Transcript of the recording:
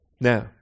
Now